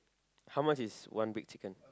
how much is one big chicken